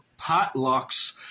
potlucks